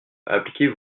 appliquez